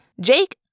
Jake